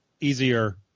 easier